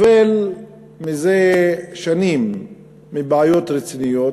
סובל מזה שנים מבעיות רציניות